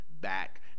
back